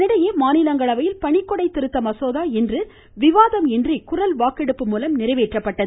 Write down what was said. இதனிடையே மாநிலங்களவையில் பணிக்கொடை திருத்த மசோதா இன்று விவாதம் இன்றி குரல் வாக்கெடுப்பு மூலம் நிறைவேற்றப்பட்டது